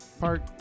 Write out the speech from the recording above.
park